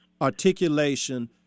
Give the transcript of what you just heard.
articulation